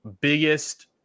biggest